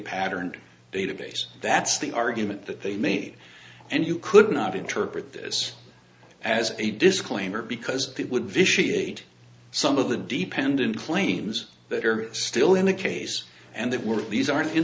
pattern database that's the argument that they made and you could not interpret this as a disclaimer because it would vitiate some of the deep end in claims that are still in the case and that were these are